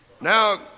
Now